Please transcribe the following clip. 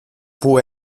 που